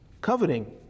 Coveting